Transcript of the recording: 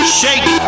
shake